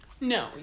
No